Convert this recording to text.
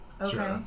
Okay